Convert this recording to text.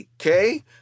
okay